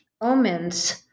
omens